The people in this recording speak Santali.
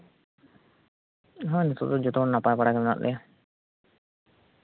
ᱦᱳᱭ ᱱᱤᱛᱚᱜ ᱫᱚ ᱡᱚᱛᱚ ᱦᱚᱲ ᱱᱟᱯᱟᱭ ᱵᱟᱲᱟ ᱜᱮ ᱢᱮᱱᱟᱜ ᱞᱮᱭᱟ